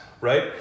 right